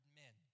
men